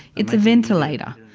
it's a ventilator.